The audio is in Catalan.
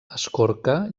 escorca